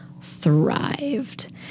thrived